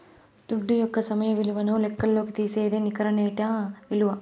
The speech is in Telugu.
దుడ్డు యొక్క సమయ విలువను లెక్కల్లోకి తీసేదే నికర నేటి ఇలువ